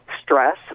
stress